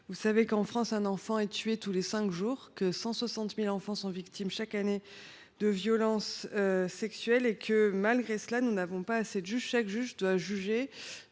Vous le savez, en France, un enfant est tué tous les cinq jours et 160 000 enfants sont victimes chaque année de violences sexuelles. Malgré cela, nous n’avons pas assez de juges ! Chaque magistrat doit